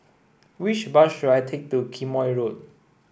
which bus should I take to Quemoy Road